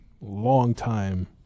long-time